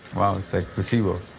well, it's like placebo.